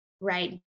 right